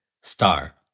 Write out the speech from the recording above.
Star